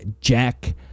jack